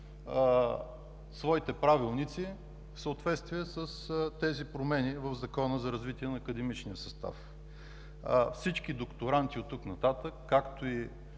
своите правилници в съответствие с промените в Закона за развитие на академичния състав. Всички докторанти оттук нататък, както и